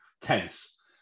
tense